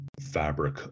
fabric